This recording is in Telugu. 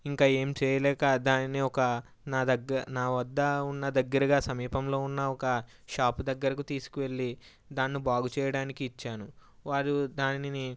ఇంక ఏమి చేయలేక దానిని ఒక నా దగ్గ నావద్ద ఉన్న దగ్గరగా సమీపంలో ఉన్న ఒక షాపు దగ్గరకు తీసుకువెళ్ళి దాన్ని బాగుచేయడానికి ఇచ్చాను వారు దానిని